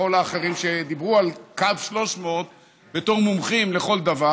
האחרים שדיברו על קו 300 בתור מומחים לכל דבר.